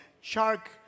Shark